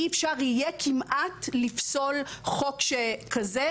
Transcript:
אי אפשר יהיה כמעט לפסול חוק שכזה,